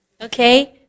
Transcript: Okay